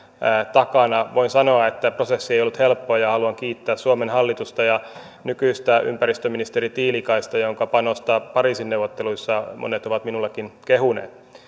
takana voin sanoa että prosessi ei ollut helppo ja haluan kiittää suomen hallitusta ja nykyistä ympäristöministeri tiilikaista jonka panosta pariisin neuvotteluissa monet ovat minullekin kehuneet